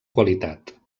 qualitat